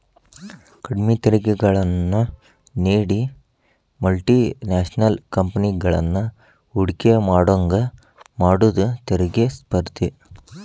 ಕಡ್ಮಿ ತೆರಿಗೆಗಳನ್ನ ನೇಡಿ ಮಲ್ಟಿ ನ್ಯಾಷನಲ್ ಕಂಪೆನಿಗಳನ್ನ ಹೂಡಕಿ ಮಾಡೋಂಗ ಮಾಡುದ ತೆರಿಗಿ ಸ್ಪರ್ಧೆ